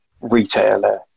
retailer